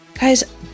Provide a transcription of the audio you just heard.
Guys